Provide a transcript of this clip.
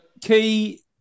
key